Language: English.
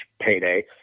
payday